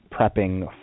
prepping